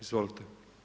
Izvolite.